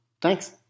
Thanks